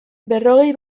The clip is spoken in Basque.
berrogei